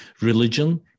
Religion